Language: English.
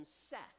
Seth